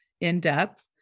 in-depth